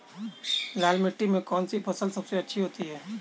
लाल मिट्टी में कौन सी फसल सबसे अच्छी उगती है?